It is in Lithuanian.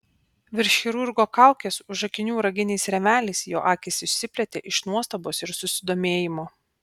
virš chirurgo kaukės už akinių raginiais rėmeliais jo akys išsiplėtė iš nuostabos ir susidomėjimo